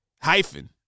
hyphen